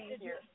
easier